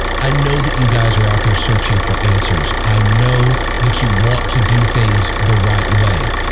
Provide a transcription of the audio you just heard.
i know that you guys are out there searching for answers. i know that you want to do things the right way